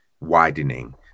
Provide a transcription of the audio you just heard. widening